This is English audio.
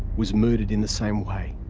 was murdered in the same way.